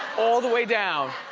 all the way down.